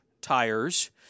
tires